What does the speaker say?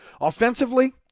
Offensively